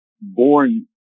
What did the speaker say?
born